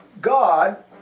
God